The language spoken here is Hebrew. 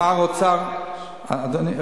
אמר האוצר ------ אדוני,